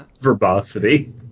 verbosity